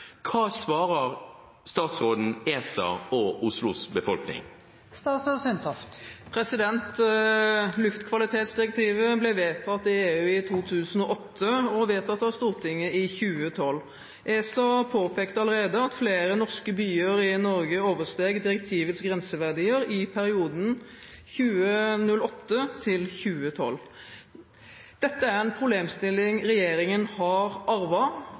Hva svarer statsråden ESA og Oslos befolkning?» Luftkvalitetsdirektivet ble vedtatt i EU i 2008 og vedtatt av Stortinget i 2012. ESA har allerede påpekt at flere norske byer i Norge oversteg direktivets grenseverdier i perioden 2008–2012. Dette er en problemstilling regjeringen har